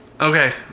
Okay